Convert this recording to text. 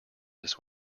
this